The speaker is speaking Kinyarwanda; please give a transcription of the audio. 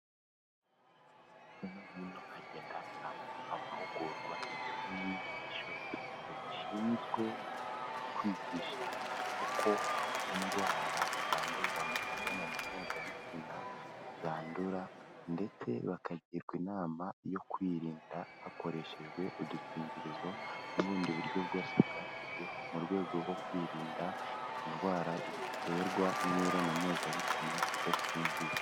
Hirya no hino hagenda hatangwa amahugurwa ndetse n'inyigisho zishinzwe kwigisha uko indwara zandurira mu mibonano mpuzabitsina zandura, ndetse bakagirwa inama yo kwirinda hakoreshejwe udukingirizo, n'ubundi buryo bwose bwashyizweho mu rwego rwo kwirinda indwara ziterwa n'imibonano mpuzabitsina idakingiye.